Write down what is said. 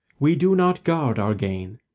we do not guard our gain,